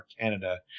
Canada